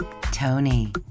Tony